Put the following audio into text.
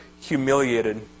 humiliated